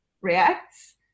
reacts